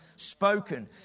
Spoken